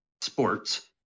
sports